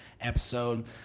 episode